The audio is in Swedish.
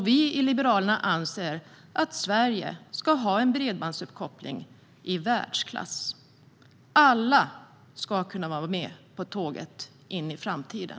Vi i Liberalerna anser att Sverige ska ha en bredbandsuppkoppling i världsklass. Alla ska kunna vara med på tåget in i framtiden.